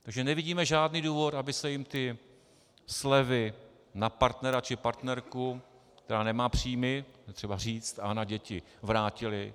Takže nevidíme žádný důvod, aby se jim slevy na partnera či partnerku která nemá příjmy, to je třeba říct a na děti vrátily.